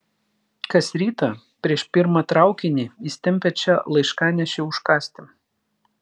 kas rytą prieš pirmą traukinį jis tempia čia laiškanešį užkąsti